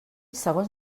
segons